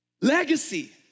Legacy